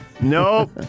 Nope